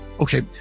okay